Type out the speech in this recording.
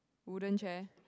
wooden chair